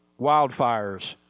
wildfires